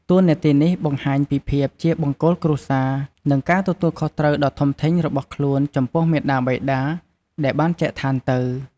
តួនាទីនេះបង្ហាញពីភាពជាបង្គោលគ្រួសារ និងការទទួលខុសត្រូវដ៏ធំធេងរបស់ខ្លួនចំពោះមាតាបិតាដែលបានចែកឋានទៅ។